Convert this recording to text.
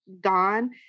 gone